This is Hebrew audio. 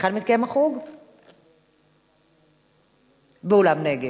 באולם "נגב".